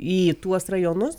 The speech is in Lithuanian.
į tuos rajonus